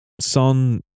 Son